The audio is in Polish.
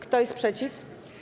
Kto jest przeciw?